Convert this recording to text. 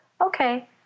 okay